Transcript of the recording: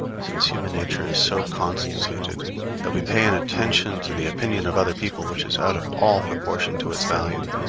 since human nature is so constituted that we pay an attention to the opinion of other people which is out of all proportion to its value.